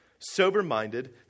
Sober-minded